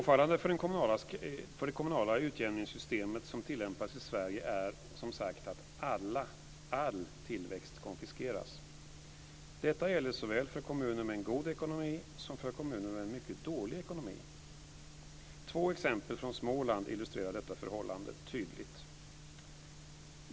Fru talman! Påfallande för det kommunala utjämningssystem som tillämpas i Sverige är, som sagt, att all tillväxt konfiskeras. Detta gäller såväl för kommuner med god ekonomi som för kommuner med en mycket dålig ekonomi. Två exempel från Småland illustrerar detta förhållande tydligt.